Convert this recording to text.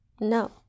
No